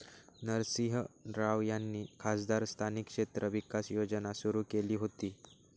नरसिंह राव यांनी खासदार स्थानिक क्षेत्र विकास योजना सुरू केली होती